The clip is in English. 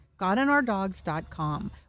GodandOurDogs.com